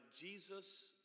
Jesus